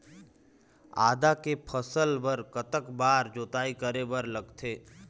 आदा के फसल बर कतक बार जोताई करे बर लगथे?